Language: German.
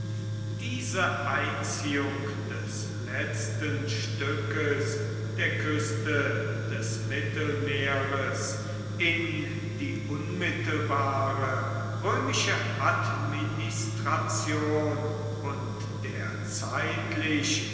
diese einziehung des letzten stückes der küste des mittelmeeres in die unmittelbare römische administration und der zeitlich